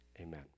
Amen